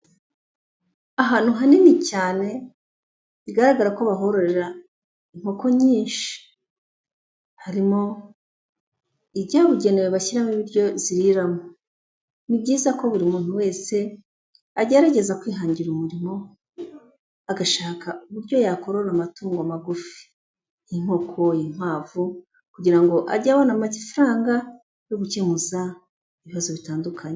Ahantu hanini cyane bigaragara ko bahorera inkoko nyinshi, harimo ibyabugenewe bashyiramo ibiryo ziriramo, ni byiza ko buri muntu wese agerageza kwihangira umurimo, agashaka uburyo yakorora amatungo magufi, nk'inkoko, inkwavu, kugira ngo ajye abona amafaranga yo gukemuza ibibazo bitandukanye.